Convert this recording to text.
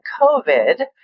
COVID